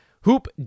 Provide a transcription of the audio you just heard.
Hoop